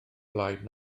blaid